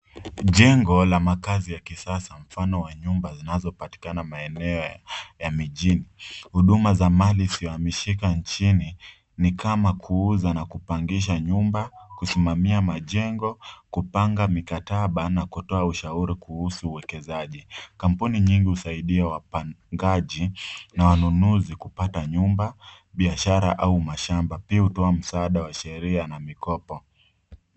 Jengo la makazi ya kisasa mfano wa nyumba zinazopatikana maeneo ya mjini. Huduma za mali isiyohamishika nchini ni kama kuuza na kupangisha nyumba, kusimama majengo, kupanga mikataba na kutoa ushauri kuhusu uwekezaji. Kampuni nyingi husaidia wapangaji na wanunuzi kupata nyumba, biashara au mashamba. Pia hutoa msaada wa sheria na mikopo.